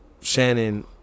Shannon